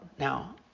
Now